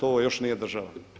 Ovo još nije država.